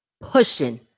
pushing